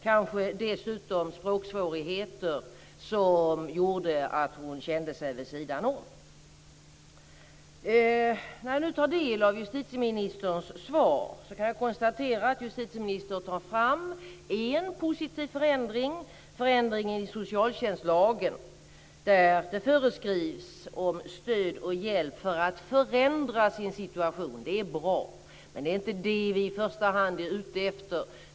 Kanske språksvårigheter dessutom gjorde att hon kände sig stå vid sidan om. När jag nu tar del av justitieministerns svar kan jag konstatera att justitieministern tar fram en positiv förändring, nämligen förändringen i socialtjänstlagen, där det föreskrivs om stöd och hjälp för att man ska kunna förändra sin situation. Det är bra, men det är inte det vi i första hand är ute efter.